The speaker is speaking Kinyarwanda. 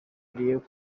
diego